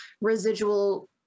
residual